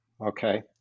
okay